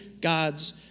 God's